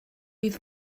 fydd